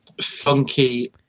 Funky